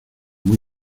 muy